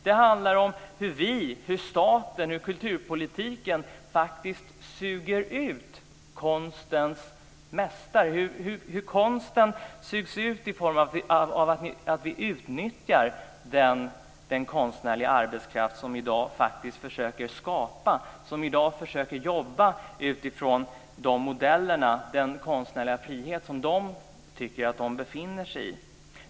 Det handlar om hur vi, staten och kulturpolitiken faktiskt suger ut konstens mästare. Konsten sugs ut genom att vi utnyttjar den konstnärliga arbetskraft som i dag försöker skapa, som i dag försöker jobba utifrån de modeller och den konstnärliga frihet man tycker att man befinner sig i.